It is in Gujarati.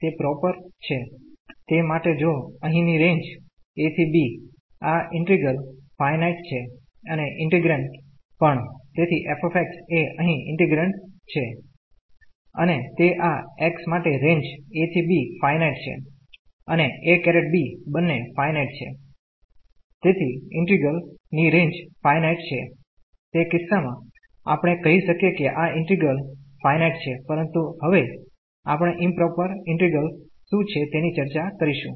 તે માટે જો અહિં ની રેન્જ a ¿ b આ ઇન્ટિગ્રલ ફાયનાઈટ છે અને ઇન્ટિગ્રેન્ડ પણ તેથી f એ અહીં ઇન્ટિગ્રેન્ડ છે અને તે આ x માટે રેન્જ a ¿ b ફાયનાઈટ છે અને a ∧ b બન્ને ફાયનાઈટ છે છે તેથી ઇન્ટિગ્રલ ની રેન્જ ફાયનાઈટ છે તે કિસ્સામાં આપણે કહી શકીયે કે આ ઇન્ટિગ્રલ ફાયનાઈટ છે પરંતુ હવે આપણે ઈમપ્રોપર ઇન્ટિગ્રેલ્સ શું છે તેની ચર્ચા કરીશું